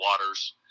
waters